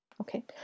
okay